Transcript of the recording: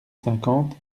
cinquante